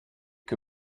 que